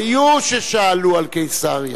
היו ששאלו על קיסריה.